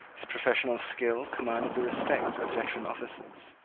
his professional skill commanded the respect of veteran officers.